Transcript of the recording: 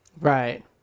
right